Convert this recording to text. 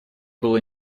было